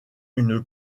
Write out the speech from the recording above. une